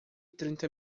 trinta